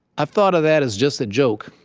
i've thought of that as just a joke.